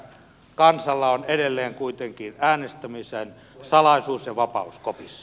kansalla on edelleen kuitenkin äänestämisen salaisuus ja vapaus kopissa